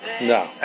No